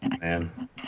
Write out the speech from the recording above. man